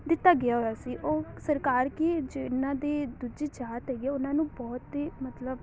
ਦਿੱਤਾ ਗਿਆ ਹੋਇਆ ਸੀ ਉਹ ਸਰਕਾਰ ਕੀ ਜਿਹਨਾਂ ਦੀ ਦੂਜੀ ਜਾਤ ਹੈਗੀ ਹੈ ਉਹਨਾਂ ਨੂੰ ਬਹੁਤ ਹੀ ਮਤਲਬ